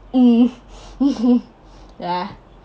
mm ya